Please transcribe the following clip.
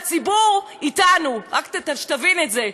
והציבור אתנו, רק שתבין את זה.